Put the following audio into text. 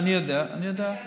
אני יודע, אני יודע, אני יודע.